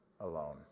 alone